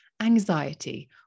anxiety